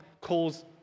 calls